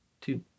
two